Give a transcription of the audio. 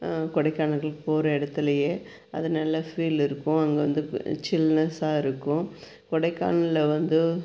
கொடைக்கானல் போகிற இடத்துலையே அதை நல்ல ஃபீல் இருக்கும் அங்கே வந்து இப்போ சில்னெஸ்ஸாக இருக்கும் கொடைக்கானல்ல வந்து